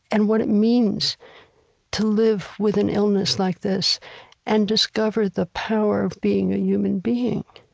and what it means to live with an illness like this and discover the power of being a human being.